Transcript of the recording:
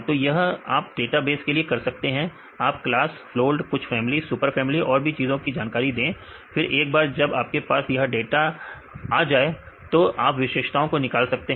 तो यह आप डेटाबेस के लिए कर सकते हैं आप क्लास फोल्ड कुछ फैमिली सुपर फैमिली और भी चीजों की जानकारी दें फिर एक बार जब आपके पास या डाटा mआ जाए तो आप विशेषताओं को निकाल सकते हैं